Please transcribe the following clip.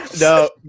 No